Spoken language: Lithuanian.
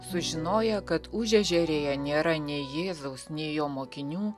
sužinoję kad užežerėje nėra nei jėzaus nei jo mokinių